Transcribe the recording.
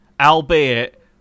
albeit